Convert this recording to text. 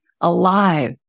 alive